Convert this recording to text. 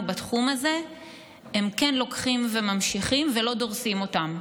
בתחום הזה הם כן לוקחים וממשיכים ולא דורסים אותם.